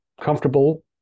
comfortable